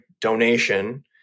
donation